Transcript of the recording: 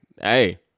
Hey